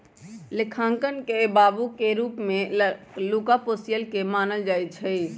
लेखांकन के बाबू के रूप में लुका पैसिओली के मानल जाइ छइ